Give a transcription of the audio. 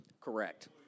Correct